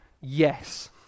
yes